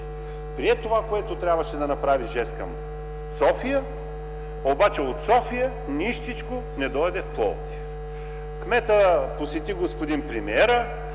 Прие това, което трябваше да направи като жест към София, обаче от София нищичко не дойде в Пловдив. Кметът посети ли господин премиера,